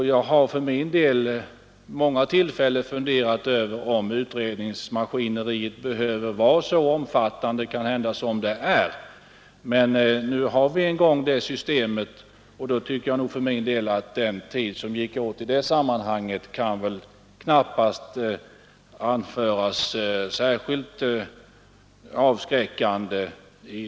Själv har jag vid många tillfällen funderat över om utredningsmaskineriet behöver vara så omfattande som det är, men eftersom vi nu har det systemet som vi har, tycker jag att den tid som gick åt i sammanhanget knappast kan anföras som särskilt avskräckande.